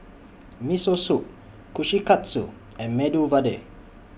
Miso Soup Kushikatsu and Medu Vada